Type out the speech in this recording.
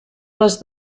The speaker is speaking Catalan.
les